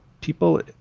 people